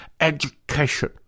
education